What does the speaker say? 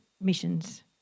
missions